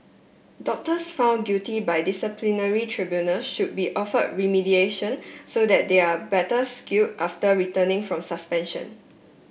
doctors found guilty by disciplinary tribunal should be offer remediation so that they are better skill after returning from suspension